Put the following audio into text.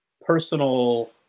personal